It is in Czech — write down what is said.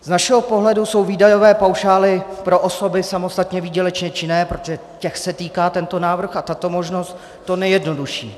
Z našeho pohledu jsou výdajové paušály pro osoby samostatně výdělečně činné, protože těch se týká tento návrh a tato možnost, to nejjednodušší.